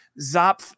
Zopf